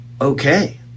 okay